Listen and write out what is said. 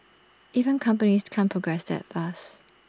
even companies can't progress that fast